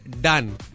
done